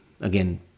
again